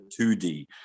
2D